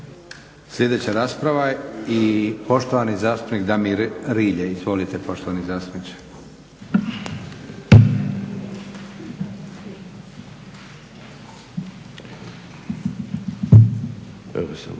Sljedeća rasprava je i poštovani zastupnik Damir Rilje. Izvolite poštovani zastupniče.